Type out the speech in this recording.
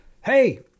hey